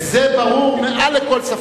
זה ברור מעל לכל ספק.